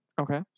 okay